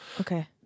okay